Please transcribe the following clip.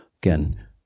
again